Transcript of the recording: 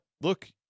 look